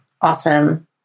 awesome